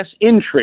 intrigue